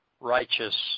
righteous